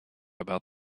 about